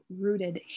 rooted